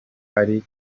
ari